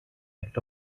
act